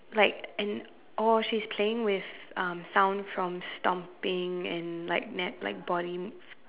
like and or she's playing with um sound from stomping and like na~ like body